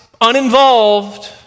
uninvolved